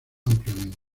ampliamente